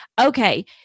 Okay